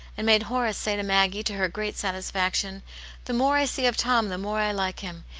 and made horace say to maggie, to her great satisfaction the more i see of tom, the more i like him.